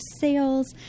sales